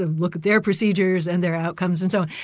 and look at their procedures and their outcomes and so